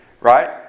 right